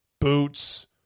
boots